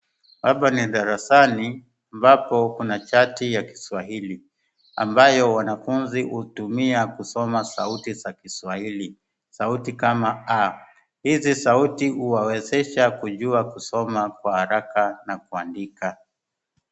Hapa ni darasani ambapo kuna chati ya kiswahili ambayo wanafunzi hutumia kusoma sauti za kiswahili. Sauti kama /a/. hizi sauti huwawezesha kujua kusoma kwa haraka na kuandika.